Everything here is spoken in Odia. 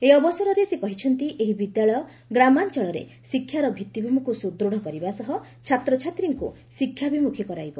ଏହି ଅବସରରେ ସେ କହିଛନ୍ତି ଏହି ବିଦ୍ୟାଳୟ ଗ୍ରାମାଞଳରେ ଶିକ୍ଷାର ଭିଉିଭୂମିକୁ ସୁଦୃତ୍ କରିବା ସହ ଛାତ୍ରଛାତ୍ରୀଙ୍କୁ ଶିକ୍ଷାଭିମୁଖୀ କରାଇବ